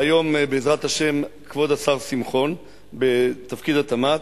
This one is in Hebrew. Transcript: והיום בעזרת השם כבוד השר שמחון בתפקיד שר התמ"ת,